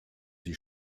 die